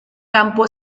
campo